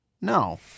No